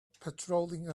patrolling